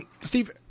Steve